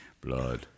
Blood